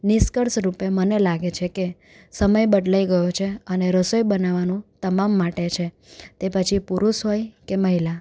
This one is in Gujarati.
નિષ્કર્ષરૂપે મને લાગે છે કે સમય બદલાઈ ગયો છે અને રસોઈ બનાવાનું તમામ માટે છે તે પછી પુરુષ હોય કે મહિલા